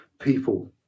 people